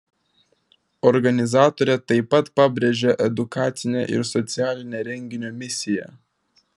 organizatorė taip pat pabrėžia edukacinę ir socialinę renginio misiją